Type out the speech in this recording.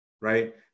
Right